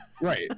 Right